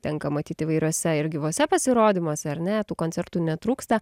tenka matyt įvairiuose ir gyvuose pasirodymuose ar ne tų koncertų netrūksta